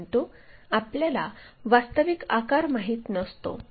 परंतु आपल्याला वास्तविक आकार माहित नसतो